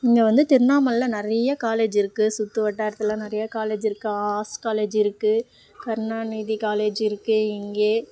இங்கே வந்து திருண்ணாமலையில் நிறைய காலேஜ் இருக்குது சுற்றுவட்டாரத்துல நிறையா காலேஜ் இருக்குது ஆர்ஸ் காலேஜ் இருக்குது கருணாநிதி காலேஜ் இருக்குது இங்கேயே